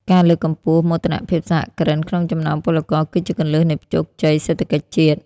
ការលើកកម្ពស់ "មោទនភាពសហគ្រិន" ក្នុងចំណោមពលករ គឺជាគន្លឹះនៃជោគជ័យសេដ្ឋកិច្ចជាតិ។